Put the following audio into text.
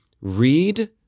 read